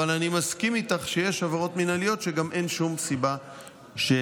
אבל אני מסכים איתך שיש עבירות מינהליות שגם אין שום סיבה שיירשמו.